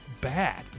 bad